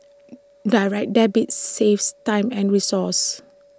direct Debits saves time and resources